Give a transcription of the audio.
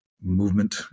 movement